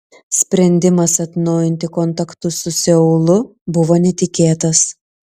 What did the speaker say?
sprendimas atnaujinti kontaktus su seulu buvo netikėtas